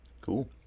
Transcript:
Cool